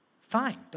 Fine